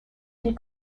une